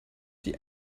die